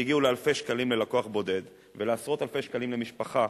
שהגיעו לאלפי שקלים ללקוח בודד ולעשרות אלפי שקלים למשפחה,